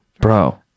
Bro